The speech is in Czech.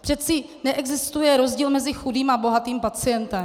Přece neexistuje rozdíl mezi chudým a bohatým pacientem.